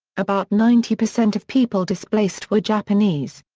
about ninety percent of people displaced were japanese.